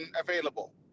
available